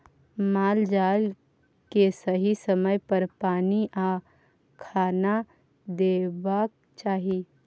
माल जाल केँ सही समय पर पानि आ खाना देबाक चाही